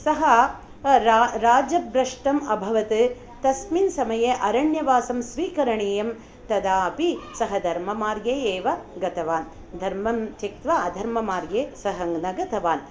सः राजब्रष्टम् अभवत् तस्मिन् समये अरण्यवासं स्वीकरणीयं तदापि सः धर्ममार्गे एव गतवान् धर्मं त्यक्त्वा अधर्ममार्गे सः न गतवान्